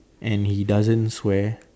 and he doesn't swear